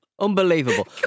Unbelievable